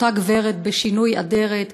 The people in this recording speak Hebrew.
אותה גברת בשינוי אדרת,